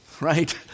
right